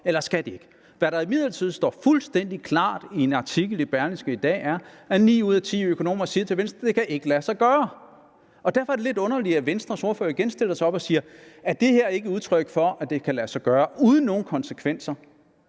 eller skal de ikke? Hvad der imidlertid står fuldstændig klart i en artikel i Berlingske i dag er, at ni ud af ti økonomer siger til Venstre, at det ikke kan lade sig gøre. Derfor er det lidt underligt, at Venstres ordfører igen stiller sig op og siger, at det her ikke er et udtryk for, at det ikke kan lade sig gøre uden nogen konsekvenser